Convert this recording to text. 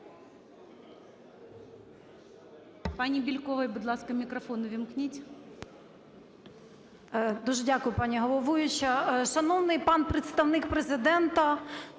дякую, пані головуюча. Шановний пан Представник Президента!